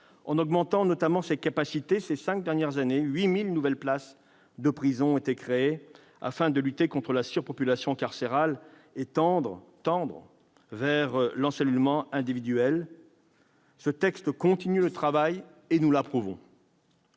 l'augmentation de ses capacités. Ces cinq dernières années, 8 000 nouvelles places de prison ont été créées afin de lutter contre la surpopulation carcérale et tendre vers l'encellulement individuel. Ces textes continuent le travail mené, et nous les approuvons.